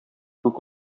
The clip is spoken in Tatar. күк